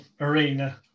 arena